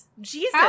Jesus